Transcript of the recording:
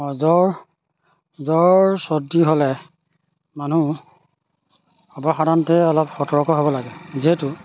জ্বৰ জ্বৰ চৰ্দি হ'লে মানুহ সৰ্বসাধাৰণতে অলপ সতৰ্ক হ'ব লাগে যিহেতু